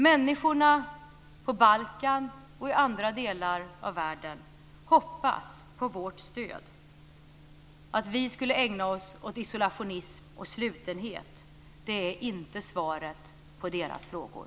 Människorna på Balkan och i andra delar av världen hoppas på vårt stöd. Att vi skulle ägna oss åt isolationism och slutenhet är inte svaret på deras frågor.